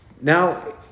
Now